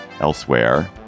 elsewhere